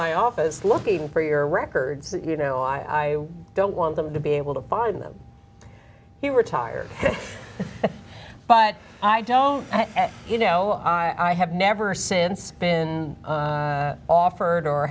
my office looking for your records you know i don't want them to be able to find them he retired but i don't you know i have never since been offered or